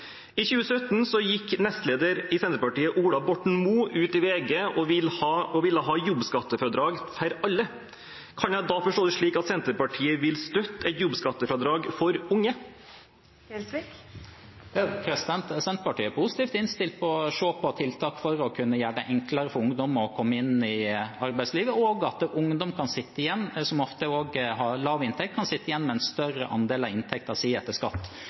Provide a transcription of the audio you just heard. I 2017 gikk nestlederen i Senterpartiet, Ola Borten Moe, ut i VG og ville ha jobbskattefradrag for alle. Kan jeg da forstå det slik at Senterpartiet vil støtte et jobbskattefradrag for unge? Senterpartiet er positivt innstilt til å se på tiltak for å kunne gjøre det enklere for ungdom å komme inn i arbeidslivet, og at ungdom som ofte også har lav inntekt, kan sitte igjen med en større andel av inntekten sin etter skatt.